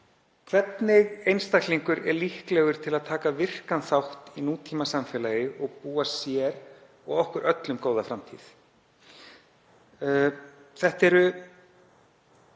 hvernig einstaklingur er líklegur til að taka virkan þátt í nútímasamfélagi og búa sér og okkur öllum góða framtíð. Þetta eru